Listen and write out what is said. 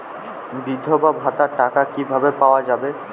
বিধবা ভাতার টাকা কিভাবে পাওয়া যাবে?